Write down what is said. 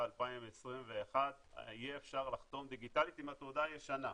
2021 יהיה אפשר לחתום דיגיטלית עם התעודה הישנה.